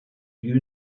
you